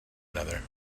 another